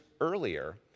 earlier